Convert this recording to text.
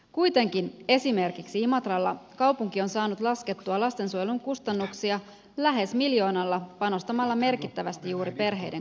kuitenkin esimerkiksi imatralla kaupunki on saanut laskettua lastensuojelun kustannuksia lähes miljoonalla panostamalla merkittävästi juuri perheiden kotipalveluun